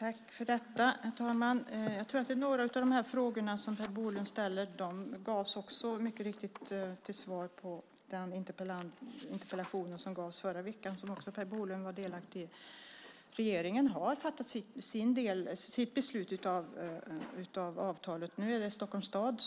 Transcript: Herr talman! Jag tror att det gavs svar på några av frågorna som Per Bolund ställer i den interpellationsdebatt som fördes i förra veckan och som också Per Bolund var delaktig i. Regeringen har fattat sin del av beslutet om avtalet. Nu är det Stockholms stad